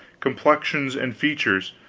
complexions, and features,